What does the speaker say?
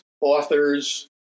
authors